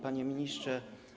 Panie Ministrze!